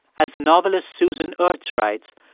as the novelist susan ertz writes,